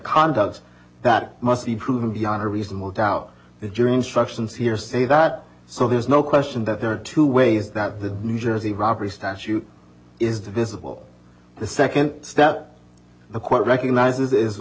conduct that must be proven beyond a reasonable doubt the jury instructions here say that so there's no question that there are two ways that the new jersey robbery statute is divisible the second step the court recognizes is